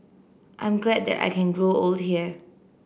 I'm glad that I can grow old here